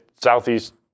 Southeast